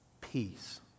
Peace